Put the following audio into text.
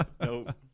Nope